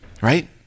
right